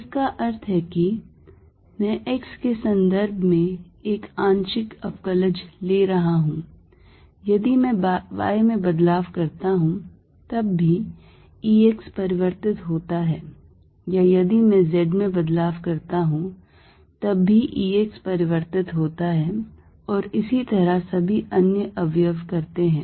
इसका अर्थ है कि है मैं x के संदर्भ में एक आंशिक अवकलज ले रहा हूं यदि मैं y में बदलाव करता हूं तब भी E x परिवर्तित होता है या यदि मैं z में बदलाव करता हूं तब भी E x परिवर्तित होता है और इसी तरह सभी अन्य अवयव करते हैं